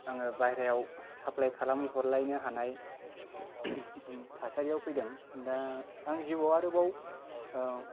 आङो बाह्रायाव साफ्लाइ खालाम हरलायनो हानाय थासारियाव फैदों दा आं जिवाव आरोबाव ओ